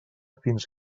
fins